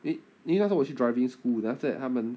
eh 因为你那个时候我去 driving school then after that 他们